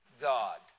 God